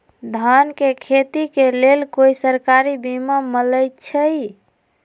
धान के खेती के लेल कोइ सरकारी बीमा मलैछई?